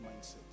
mindset